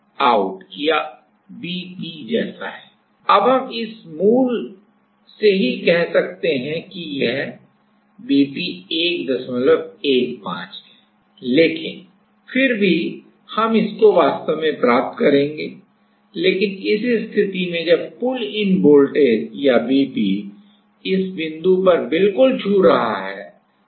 तो अब हम इस मूल से ही कह सकते हैं कि Vp 115 है लेकिन लेकिन फिर भी हम इसको वास्तव में प्राप्त करेंगे लेकिन इस स्थिति में जब पुल इन वोल्टेज या Vp इस बिंदु पर बिल्कुल छू रहा है